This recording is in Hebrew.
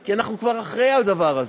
כי אנחנו כבר אחרי הדבר הזה.